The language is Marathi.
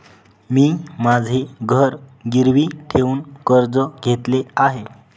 मी माझे घर गिरवी ठेवून कर्ज घेतले आहे